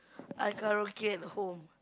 I karaoke at home